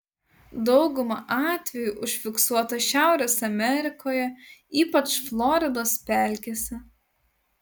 dauguma atvejų užfiksuota šiaurės amerikoje ypač floridos pelkėse